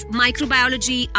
microbiology